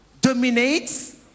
dominates